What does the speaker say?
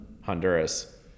Honduras